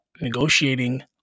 negotiating